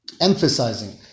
emphasizing